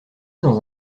dans